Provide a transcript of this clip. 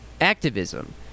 activism